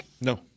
No